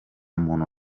muntu